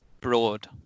broad